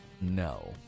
No